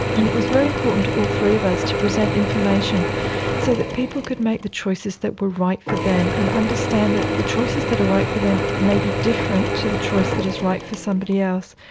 and it was very important to all three of us to present information so that people could make the choices that were right for them and understand that the choices that are right for them may be different to the choice that is right for somebody else.